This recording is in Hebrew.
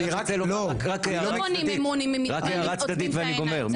לא קונים אמון אם עוצמים את העיניים.